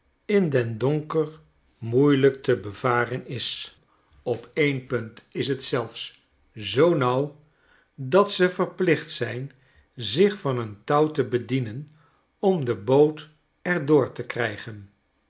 in den donker moeielijk te bevaren is op een punt is t zelfs zoo nauw dat ze verplicht zijn zich van een touw te bedienen om de boot er door te krijgen